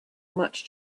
much